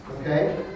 okay